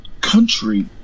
country